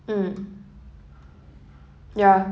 mm ya